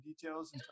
details